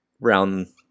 round